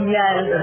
yes